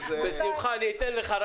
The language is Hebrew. --- בשמחה, אני אתן לך.